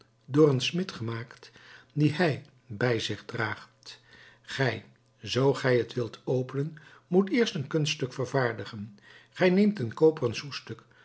door een smid gemaakt dien hij bij zich draagt gij zoo gij het wilt openen moet eerst een kunststuk vervaardigen gij neemt een koperen